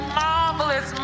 marvelous